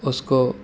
اس کو